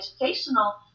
educational